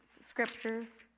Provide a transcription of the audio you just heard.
scriptures